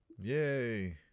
yay